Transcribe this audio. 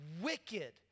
wicked